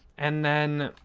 and then,